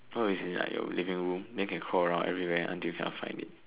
what if it's in like your living room then it can crawl around everywhere until you cannot find it